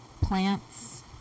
plants